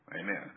Amen